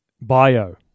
bio